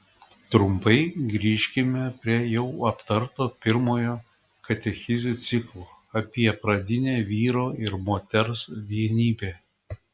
trumpai grįžkime prie jau aptarto pirmojo katechezių ciklo apie pradinę vyro ir moters vienybę